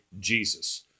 Jesus